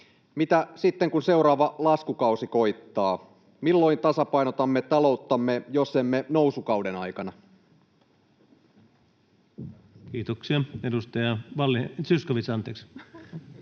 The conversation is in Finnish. Mitä sitten, kun seuraava laskukausi koittaa? Milloin tasapainotamme talouttamme, jos emme nousukauden aikana? [Speech 97] Speaker: